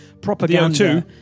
propaganda